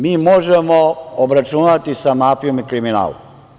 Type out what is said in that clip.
Mi možemo se obračunati mafijom i kriminalom.